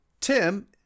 tim